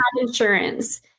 insurance